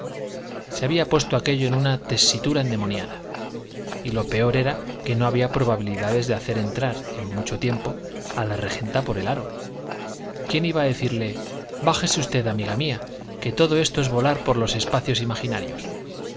se había puesto aquello en una tessitura endemoniada y lo peor era que no había probabilidades de hacer entrar en mucho tiempo a la regenta por el aro quién iba a decirle bájese usted amiga mía que todo esto es volar por los espacios imaginarios